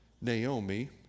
Naomi